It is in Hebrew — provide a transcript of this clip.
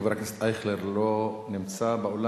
חבר הכנסת אייכלר לא נמצא באולם.